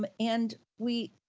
um and we,